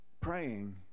Praying